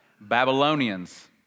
Babylonians